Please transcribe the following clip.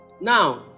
Now